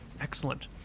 Excellent